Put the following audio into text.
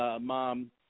mom